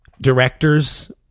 directors